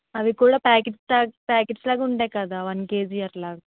అవి కూడా packet packets లాగా ఉంటాయి కదా వన్ కేజీ అట్లా